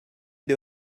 you